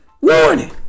Warning